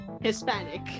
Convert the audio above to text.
Hispanic